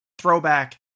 throwback